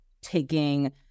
taking